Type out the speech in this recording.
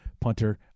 punter